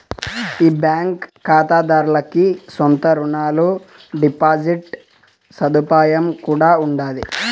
ఈ బాంకీ కాతాదార్లకి సొంత రునాలు, డిపాజిట్ సదుపాయం కూడా ఉండాది